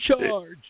charge